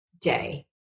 day